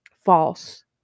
false